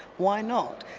why not?